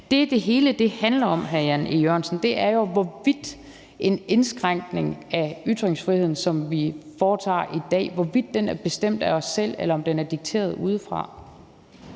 Jan E. Jørgensen, er jo, hvorvidt en indskrænkning af ytringsfriheden, som vi foretager i dag, er bestemt af os selv, eller om den er dikteret udefra.